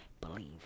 believe